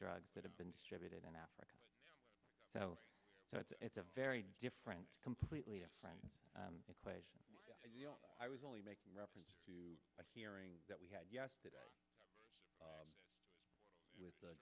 drugs that have been distributed in africa so it's a very different completely different equation i was only making reference to a hearing that we had yesterday with a